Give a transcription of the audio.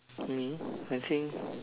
mm I think